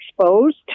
exposed